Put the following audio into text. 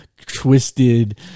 twisted